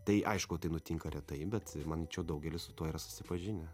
tai aišku tai nutinka retai bet manyčiau daugelis su tuo yra susipažinę